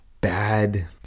bad